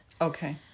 okay